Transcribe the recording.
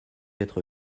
être